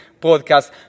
podcast